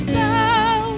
now